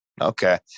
Okay